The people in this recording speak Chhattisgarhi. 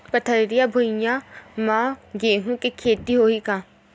पथरिला भुइयां म गेहूं के खेती होही का?